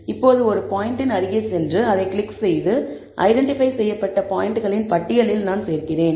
இப்போது ஒரு பாயின்ட் இன் அருகே சென்று அதைக் கிளிக் செய்து ஐடென்டிபை செய்யப்பட்ட பாயிண்ட்களின் பட்டியலில் நான் சேர்க்கிறேன்